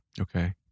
Okay